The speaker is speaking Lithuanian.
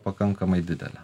pakankamai didelė